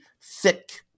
thick